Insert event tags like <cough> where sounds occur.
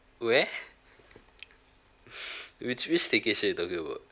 where <laughs> <breath> which which staycation you talking about